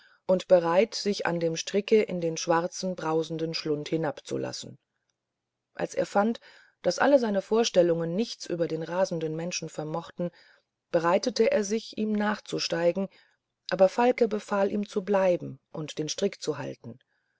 und bereit sich an dem stricke in den schwarzen brausenden schlund hinabzulassen als er fand daß alle seine vorstellungen nichts über den rasenden menschen vermochten bereitete er sich ihm nachzusteigen aber falke befahl ihm zu bleiben und den strick zu halten